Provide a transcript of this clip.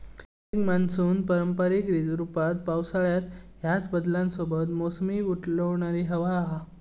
एक मान्सून पारंपारिक रूपात पावसाळ्यात ह्याच बदलांसोबत मोसमी उलटवणारी हवा हा